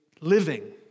living